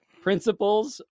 principles